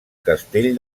castell